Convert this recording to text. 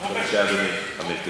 על שדיברת פחות מחמש דקות.